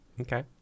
Okay